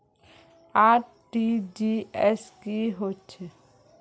RTGS की होचए?